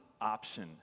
option